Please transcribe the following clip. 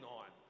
on